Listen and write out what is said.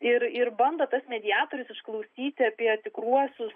ir ir bando tas mediatorius išklausyti apie tikruosius